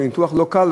וניתוח לא קל,